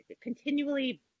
continually